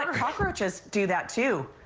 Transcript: and cockroaches do that too.